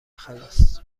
خلاص